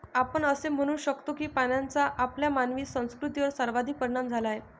आपण असे म्हणू शकतो की पाण्याचा आपल्या मानवी संस्कृतीवर सर्वाधिक परिणाम झाला आहे